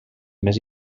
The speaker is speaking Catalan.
més